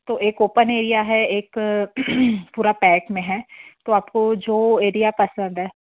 तो एक open area है एक पूरा पैक में हैं तो आपको जो एरिया पसंद है